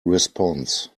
response